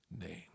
name